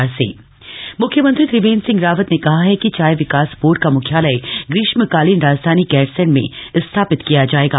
गैरसैंण दिशा निर्देश मुख्यमंत्री त्रिवेन्द्र सिंह रावत ने कहा है कि चाय विकास बोर्ड का मुख्यालय ग्रीष्मकालीन राजधानी गैरसैंण में स्थापित किया जाएगा